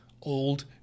old